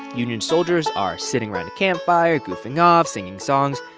union soldiers are sitting around a campfire goofing off, singing songs,